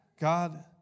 God